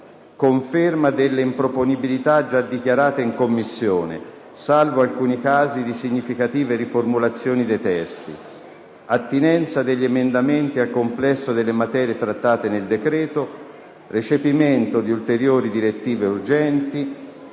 conferma delle improponibilità già dichiarate in Commissione, salvo alcuni casi di significative riformulazioni dei testi; attinenza degli emendamenti al complesso delle materie trattate nel decreto; recepimento di ulteriori direttive urgenti;